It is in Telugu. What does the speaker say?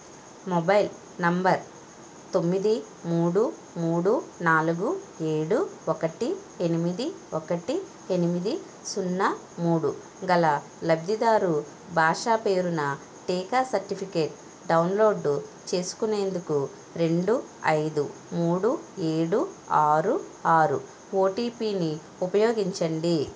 మొబైల్ నెంబర్ తొమ్మిది మూడు మూడు నాలుగు ఏడు ఒకటి ఎనిమిది ఒకటి ఎనిమిది సున్నా మూడు గల లబ్ధిదారు భాషా పేరున టీకా సర్టిఫికేట్ డౌన్లోడు చేసుకునేందుకు రెండు ఐదు మూడు ఏడు ఆరు ఆరు ఓటిపిని ఉపయోగించండి